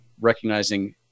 recognizing